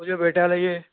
उद्या भेटायला ये